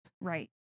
Right